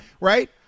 Right